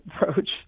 approach